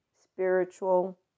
spiritual